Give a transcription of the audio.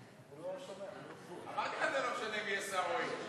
אדוני, אתה מדבר בטלפון,